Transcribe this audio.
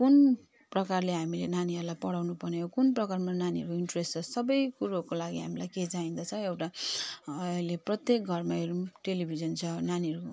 कुन प्रकारले हामीले नानीहरूलाई पढाउनुपर्ने हो कुन प्रकारमा नानीहरूको इन्ट्रेस्ट छ सबै कुरोको लागि हामीलाई के चाहिँदछ एउटा अहिले प्रत्येक घरमा हेरौँ टेलिभिजन छ नानीहरू